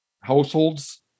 households